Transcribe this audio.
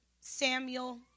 Samuel